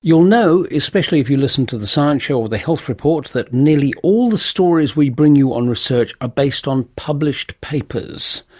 you'll know, especially if you listen to the science show or the health report, that nearly all of the stories we bring you on research are based on published papers.